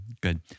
Good